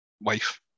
wife